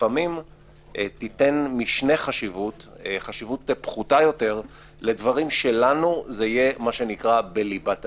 לפעמים תיתן חשיבות פחותה יותר לדברים שלנו זה יהיה בליבת העניין.